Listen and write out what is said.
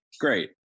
Great